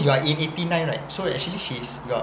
you are in eighty nine right so actually she's you're